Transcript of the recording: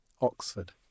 Oxford